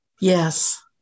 Yes